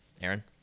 Aaron